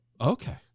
Okay